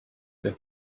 then